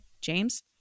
James